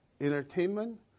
entertainment